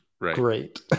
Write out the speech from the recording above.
great